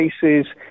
cases